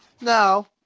No